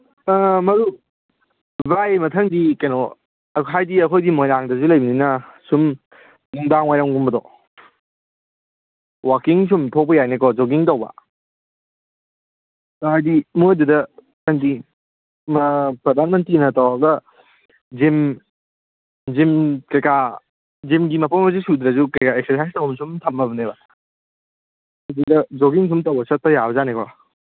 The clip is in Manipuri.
ꯚꯥꯏ ꯃꯊꯪꯗꯤ ꯀꯩꯅꯣ ꯍꯥꯏꯗꯤ ꯑꯩꯈꯣꯏꯗꯤ ꯃꯣꯏꯔꯥꯡꯗꯁꯨ ꯂꯩꯕꯅꯤꯅ ꯁꯨꯝ ꯅꯨꯡꯗꯥꯡꯋꯥꯏꯔꯝꯒꯨꯝꯕꯗꯣ ꯋꯥꯀꯤꯡ ꯁꯨꯝ ꯊꯣꯛꯄ ꯌꯥꯏꯅꯦꯀꯣ ꯖꯣꯒꯤꯡ ꯇꯧꯕ ꯍꯥꯏꯗꯤ ꯃꯣꯏꯗꯨꯗ ꯍꯥꯏꯗꯤ ꯄ꯭ꯔꯙꯥꯟ ꯃꯟꯇ꯭ꯔꯤꯅ ꯇꯧꯔꯒ ꯖꯤꯝ ꯖꯤꯝ ꯀꯩꯀꯥ ꯖꯤꯝꯒꯤ ꯃꯄꯣꯠ ꯃꯆꯩ ꯁꯨꯗ꯭ꯔꯁꯨ ꯀꯌꯥ ꯑꯦꯛꯁꯔꯁꯥꯏꯁ ꯇꯧꯕꯝ ꯁꯨꯝ ꯊꯝꯃꯝꯅꯦꯕ ꯑꯗꯨꯗ ꯖꯣꯒꯤꯡ ꯁꯨꯝ ꯇꯧꯕ ꯆꯠꯄ ꯌꯥꯕꯖꯥꯠꯅꯤꯀꯣ